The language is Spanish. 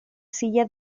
silla